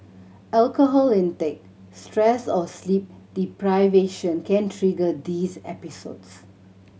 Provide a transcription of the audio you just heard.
alcohol intake stress or sleep deprivation can trigger these episodes